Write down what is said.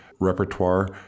repertoire